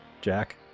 jack